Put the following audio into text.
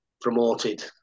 promoted